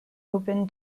open